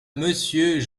monsieur